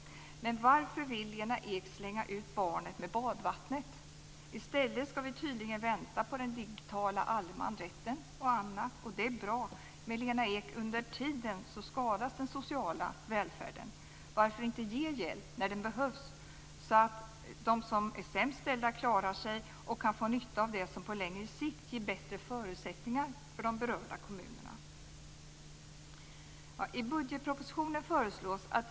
Men varför vill Lena Ek slänga ut barnet med badvattnet? I stället ska vi tydligen vänta på den digitala allemansrätten, och annat. Det är bra. Men under tiden skadas den sociala välfärden, Lena Ek. Varför inte ge hjälp när det behövs, så att de som är sämst ställda klarar sig och kan få nytta av det som på längre sikt ger bättre förutsättningar för de berörda kommunerna?